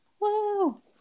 woo